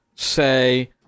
Say